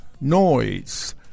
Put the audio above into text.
Noise